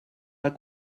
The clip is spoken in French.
pas